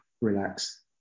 relax